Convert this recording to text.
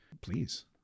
Please